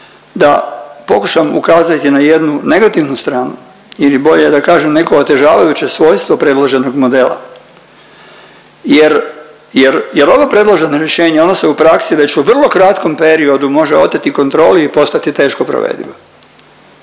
da pokušam ukazati na jednu negativnu stranu ili bolje da kažem neko otežavajuće svojstvo predloženog modela jer ovo predloženo rješenje ono se u praksi već u vrlo kratkom periodu može oteti kontroli i postati teško provedivo,